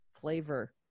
flavor